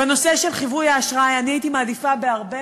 בנושא של חיווי האשראי אני הייתי מעדיפה בהרבה